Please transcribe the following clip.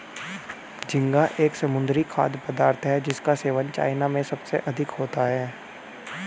झींगा एक समुद्री खाद्य पदार्थ है जिसका सेवन चाइना में सबसे अधिक होता है